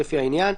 לפי העניין.